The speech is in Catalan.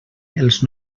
els